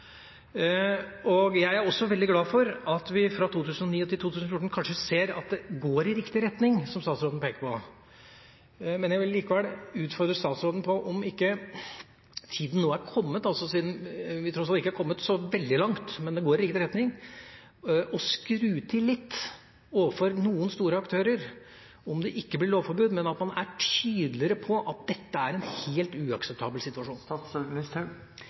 Jeg er også veldig glad for at vi fra 2009 til 2014 kanskje ser at det går i riktig retning, som statsråden pekte på. Men jeg vil likevel utfordre statsråden på om ikke tiden nå er kommet – siden vi tross alt ikke er kommet så veldig langt, men det går i riktig retning – til å skru til litt overfor noen store aktører, om ikke lovforbud, så at man er tydeligere på at dette er en helt uakseptabel situasjon.